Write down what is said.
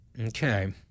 Okay